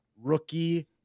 rookie